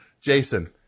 Jason